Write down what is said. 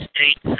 State